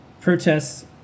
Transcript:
protests